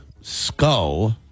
skull